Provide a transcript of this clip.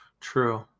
True